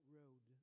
road